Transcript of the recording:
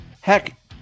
heck